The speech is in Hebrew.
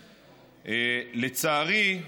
לצערי,